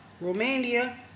Romania